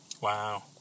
Wow